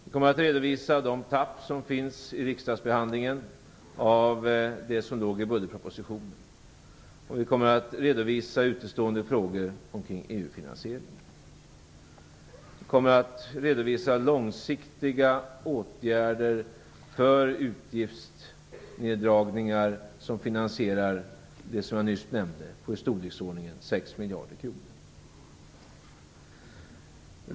Vi kommer att redovisa det tapp som finns i riksdagsförhandlingen av det som låg i budgetpropositionen. Vi kommer att redovisa utestående frågor kring Vi kommer att redovisa långsiktiga åtgärder för utgiftsneddragningar som finansierar det som jag nyss nämnde på i storleksordningen 6 miljarder kronor.